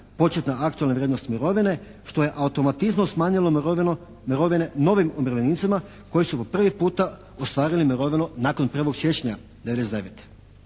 početna aktualna vrijednost mirovine što je automatizmom smanjilo mirovine novim umirovljenicima koji su po prvi puta ostvarili mirovinu nakon 1. siječnja 99.